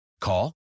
Call